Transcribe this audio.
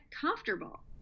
comfortable